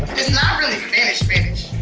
not really finished finished,